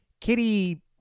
Kitty